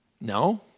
No